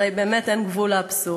הרי באמת אין גבול לאבסורד.